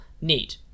need